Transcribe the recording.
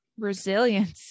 Resilience